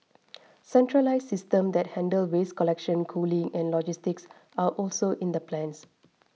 centralised systems that handle waste collection cooling and logistics are also in the plans